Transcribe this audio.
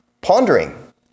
pondering